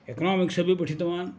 economics अपि पठितवान्